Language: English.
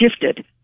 gifted